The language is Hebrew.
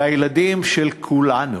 לילדים של כולנו,